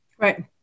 Right